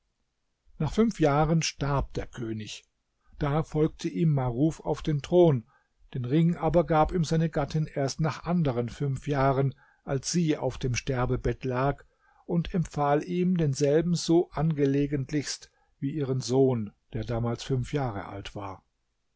nach fünf jahren starb der könig da folgte ihm maruf auf dem thron den ring aber gab ihm seine gattin erst nach anderen fünf jahren als sie auf dem sterbebett lag und empfahl ihm denselben so angelegentlichst wie ihren sohn der damals fünf jahre alt war